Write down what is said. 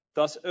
dass